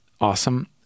awesome